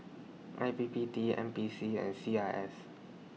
I P P T N P C and C I S